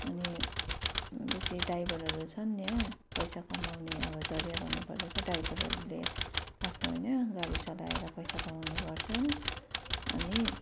अनि बेसी ड्राइभरहरू छन् यहाँ पैसा कमाउने अब जरिया भन्नु पर्दा चाहिँ ड्राइभरले आफ्नो होइन गाडी चलाएर पैसा कमाउने गर्छन् अनि